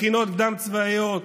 מכינות קדם-צבאיות,